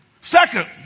Second